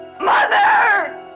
Mother